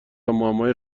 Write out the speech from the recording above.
معمای